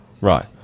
Right